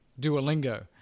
Duolingo